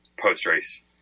post-race